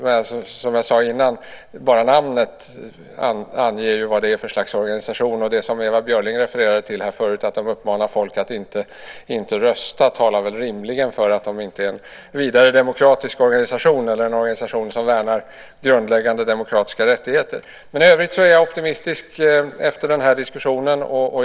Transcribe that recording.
Men bara namnet, som jag tidigare sade, anger vad för slags organisation det är. Att de, som Ewa Björling refererade till, uppmanar människor att inte rösta talar rimligen för att det inte är en vidare demokratisk organisation eller en organisation som värnar grundläggande demokratiska rättigheter. I övrigt är jag optimistisk efter den här diskussionen.